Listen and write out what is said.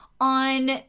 on